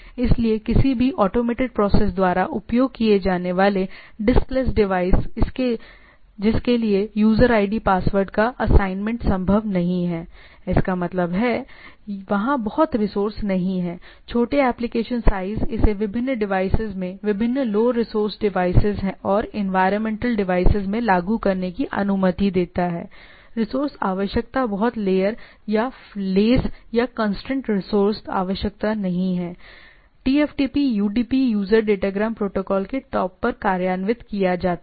इसलिए किसी भी ऑटोमेटेड प्रोसेस द्वारा उपयोग किए जाने वाले डिस्कलेस डिवाइस जिसके लिए यूजर ID पासवर्ड का असाइनमेंट संभव नहीं है इसका मतलब है वहाँ बहुत रिसोर्से नहीं है छोटे एप्लीकेशन साइज इसे विभिन्न डिवाइसेज में विभिन्न लो रिसोर्स डिवाइसेज और एनवायरमेंटल डिवाइसेज में लागू करने की अनुमति देता है रिसोर्से आवश्यकता बहुत लेयर या लेस या कंस्ट्रेंड रिसोर्से आवश्यकता नहीं है TFTP UDP user datagram protocol के टॉप पर कार्यान्वित किया जाता है